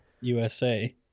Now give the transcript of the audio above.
USA